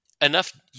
Enough